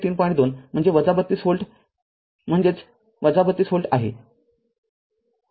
२ म्हणजे ३२ व्होल्ट म्हणजेच ३२ व्होल्ट आहे